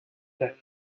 death